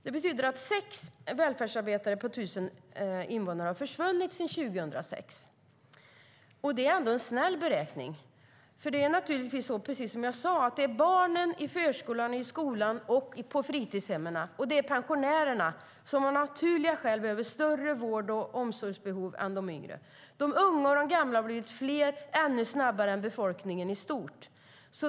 Det betyder att sex välfärdsarbetare per 1 000 invånare har försvunnit sedan 2006. Det är ändå en snäll beräkning. Precis som jag sade är det barnen i förskolan, i skolan och på fritidshemmen och pensionärerna som av naturliga skäl har större vård och omsorgsbehov än andra. De unga och de gamla har blivit fler ännu snabbare än befolkningen i stort.